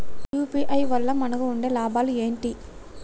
UPI వల్ల మనకు ఉండే లాభాలు ఏంటి?